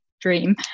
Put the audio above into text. dream